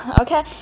Okay